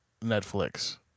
Netflix